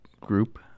group